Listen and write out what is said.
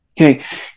Okay